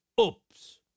Oops